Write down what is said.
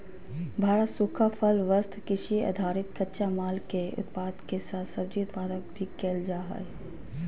भारत सूखा फल, वस्त्र, कृषि आधारित कच्चा माल, के उत्पादन के साथ सब्जी उत्पादन भी कैल जा हई